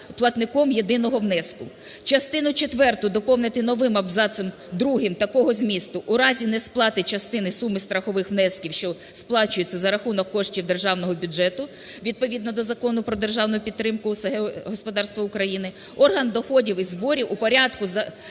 платником єдиного внеску. Частину четверту доповнити новим абзацом другим такого змісту: "У разі несплати частини суми страхових внесків, що сплачуються за рахунок коштів Державного бюджету відповідно до Закону "Про державну підтримку сільського господарства України", орган доходів і зборів у порядку, за